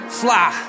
fly